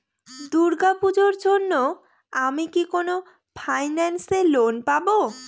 দূর্গা পূজোর জন্য আমি কি কোন ফাইন্যান্স এ লোন পাবো?